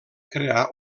crear